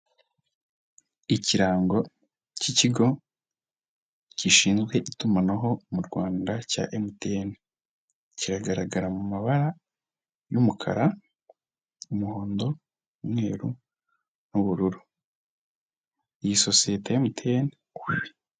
Ikirango k'ikigo gishinzwe itumanaho mu Rwanda cya MTN kiragaragara mu mabara y'umukara, umuhondo, umweru n'ubururu. Iyi sosiyete ya MTN.......